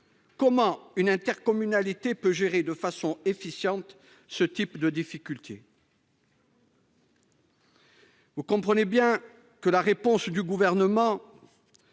Comment une intercommunalité pourrait-elle gérer de façon efficiente ce type de difficultés ? Vous comprenez bien que la réponse du Gouvernement,